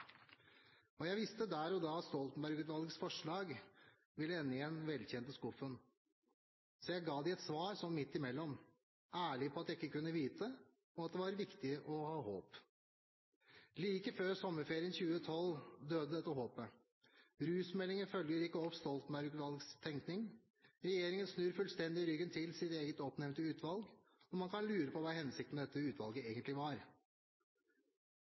jeg. Jeg visste der og da at Stoltenberg-utvalgets forslag ville ende i den velkjente skuffen. Så jeg ga dem et svar sånn midt imellom – ærlig på at jeg ikke kunne vite, og at det var viktig å ha håp. Like før sommerferien 2012 døde dette håpet. Rusmeldingen følger ikke opp Stoltenberg-utvalgets tenkning. Regjeringen snur fullstendig ryggen til sitt eget oppnevnte utvalg, og man kan lure på hva hensikten med dette utvalget egentlig var.